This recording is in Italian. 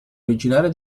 originaria